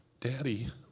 Daddy